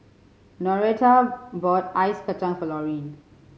Noreta bought ice kacang for Loreen